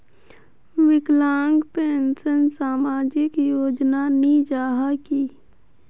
विकलांग पेंशन सामाजिक योजना नी जाहा की?